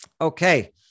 Okay